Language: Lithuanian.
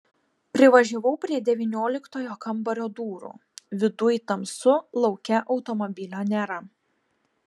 privažiavau prie devynioliktojo kambario durų viduj tamsu lauke automobilio nėra